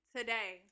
Today